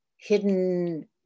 Hidden